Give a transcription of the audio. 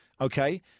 okay